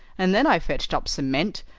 and then i fetched up cement,